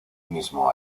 mismo